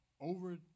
Over